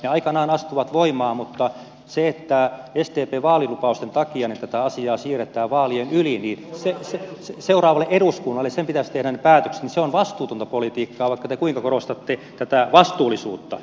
ne aikanaan astuvat voimaan mutta se että sdpn vaalilupausten takia tätä asiaa siirretään vaalien yli seuraavalle eduskunnalle ja sen pitäisi tehdä ne päätökset on vastuutonta politiikkaa vaikka te kuinka korostatte tätä vastuullisuutta